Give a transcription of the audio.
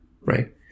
Right